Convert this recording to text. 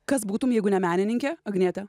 kas būtum jeigu ne menininkė agniete